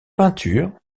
peintures